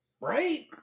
Right